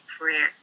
prayer